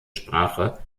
sprache